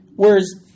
Whereas